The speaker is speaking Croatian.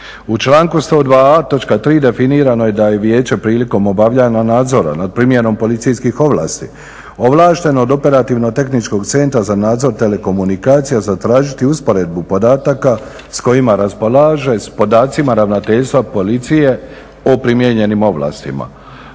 U članku 102a. točka 3. definirano je da je vijeće prilikom obavljanja nadzora nad primjenom policijskih ovlasti ovlašteno od Operativno-tehničkog centra za nadzor telekomunikacija zatražiti usporedbu podataka s kojima raspolaže sw podacima Ravnateljstva policije o primijenjenim ovlastima.